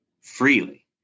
freely